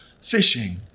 fishing